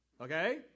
Okay